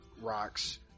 rocks